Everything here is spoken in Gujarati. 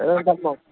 એરંડાનો